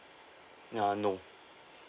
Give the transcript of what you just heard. uh no